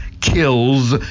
kills